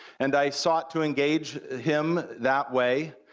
and i sought to engage him that way,